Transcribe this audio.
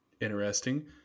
interesting